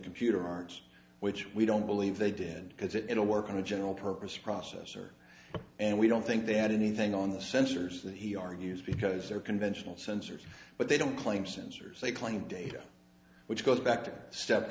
computer arms which we don't believe they did because it will work on a general purpose processor and we don't think they had anything on the sensors that he argues because they're conventional sensors but they don't claim sensors they claim data which goes back to step